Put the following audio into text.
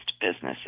businesses